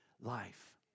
life